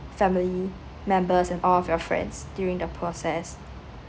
family members and all of your friends during the process